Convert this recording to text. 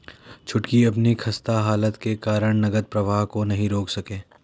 छुटकी अपनी खस्ता हालत के कारण नगद प्रवाह को नहीं रोक सके